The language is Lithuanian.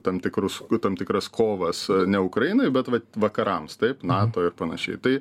tam tikrus tam tikras kovas ne ukrainoj bet va vakarams taip nato ir panašiai tai